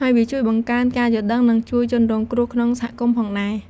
ហើយវាជួយបង្កើនការយល់ដឹង និងជួយជនរងគ្រោះក្នុងសហគមន៍ផងដែរ។